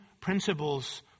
principles